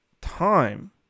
time